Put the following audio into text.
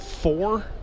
four